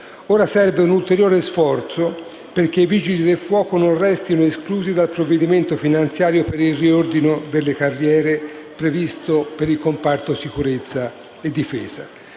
Ora serve un ulteriore sforzo affinché i Vigili del fuoco non restino esclusi dal provvedimento finanziario per il riordino delle carriere previsto per il comparto sicurezza e difesa.